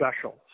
special